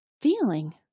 feeling